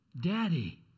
Daddy